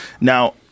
Now